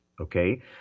okay